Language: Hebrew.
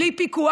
בלי פיקוח.